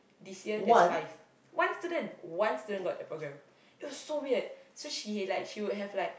this year there's five one student one student got the programme it was so weird so she like she would have like